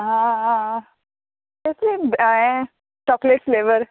कसलीय हें chocolate flavour